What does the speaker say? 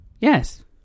Yes